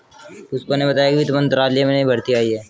पुष्पा ने बताया कि वित्त मंत्रालय में नई भर्ती आई है